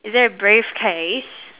is there a briefcase